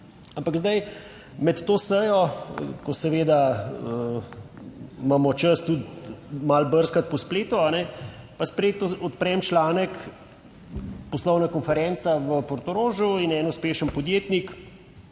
zdaj med to sejo, ko seveda imamo čas tudi malo brskati po spletu, pa spet odprem članek Poslovna konferenca v Portorožu in en uspešen podjetnik,